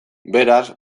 beraz